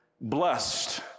blessed